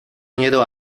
miedo